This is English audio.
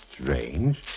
strange